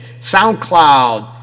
SoundCloud